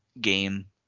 game